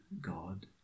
God